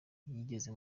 yageze